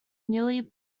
nearly